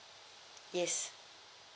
yes